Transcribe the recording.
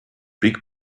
big